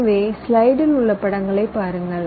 எனவே ஸ்லைடில் உள்ள படங்களை பாருங்கள்